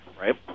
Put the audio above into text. right